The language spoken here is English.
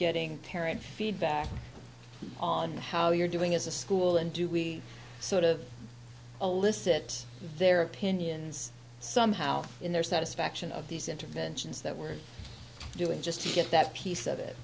getting parent feedback on how you're doing as a school and do we sort of a list at their opinions somehow in their satisfaction of these interventions that we're doing just to get that piece of it